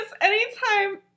anytime